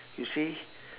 you see